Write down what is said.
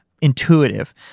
Intuitive